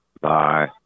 Bye